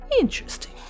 interesting